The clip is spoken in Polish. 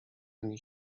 ani